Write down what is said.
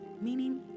meaning